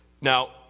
Now